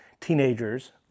teenagers